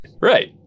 Right